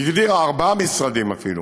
היא הגדירה ארבעה משרדים אפילו: